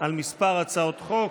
על כמה הצעות חוק.